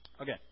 Okay